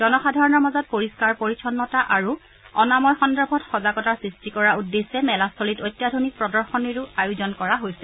জনসাধাৰণৰ মাজত পৰিস্থাৰ পৰিচ্ছন্নতা আৰু অনাময় সন্দৰ্ভত সজাগতা সৃষ্টি কৰাৰ উদ্দেশ্যে মেলাস্থলীত অত্যাধুনিক প্ৰদৰ্শনীৰো আয়োজন কৰা হৈছে